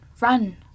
run